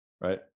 right